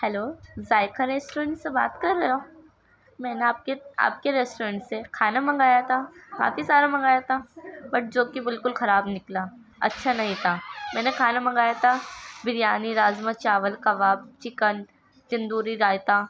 hello Zaiqa restaurant سے بات کر رہے ہو میں نے آپ کے آپ کے ریسٹورینٹ سے کھانا منگایا تھا کافی سارا منگایا تھا بٹ جو کہ بالکل کھراب نکلا اچھا نہیں تھا میں نے کھانا منگایا تھا بریانی راجما چاول کباب چکن تندوری رائتا